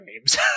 names